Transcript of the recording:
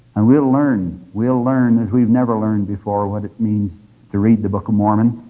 and we'll learn, we'll learn as we've never learned before what it means to read the book of mormon.